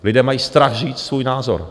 Lidé mají strach říct svůj názor.